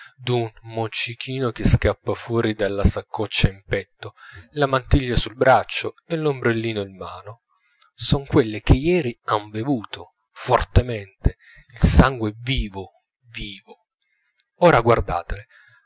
ricamata d'un moccichino che scappa fuori dalla saccoccia in petto la mantiglia sul braccio e l'ombrellino in mano son quelle che ieri han bevuto fortemente il sangue vivo vivo ora guardatele